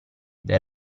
del